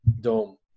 dome